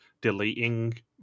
deleting